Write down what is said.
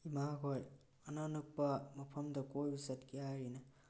ꯏꯃꯥ ꯈꯣꯏ ꯑꯅꯛ ꯑꯅꯛꯄ ꯃꯐꯝꯗ ꯀꯣꯏꯕ ꯆꯠꯀꯦ ꯍꯥꯏꯔꯤꯅꯦ